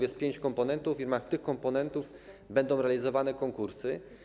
Jest 5 komponentów i w ramach tych komponentów będą realizowane konkursy.